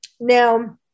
Now